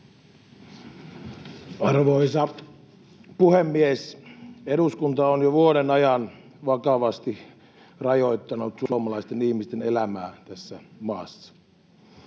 Arvoisa puhemies! Eduskunta on jo vuoden ajan vakavasti rajoittanut suomalaisten ihmisten elämää tässä maassa.